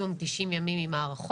מקסימום 90 ימים עם הארכות,